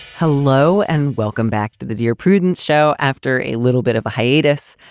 hello and welcome back to the dear prudence show. after a little bit of a hiatus.